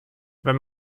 wenn